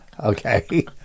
okay